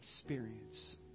experience